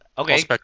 Okay